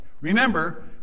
Remember